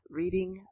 reading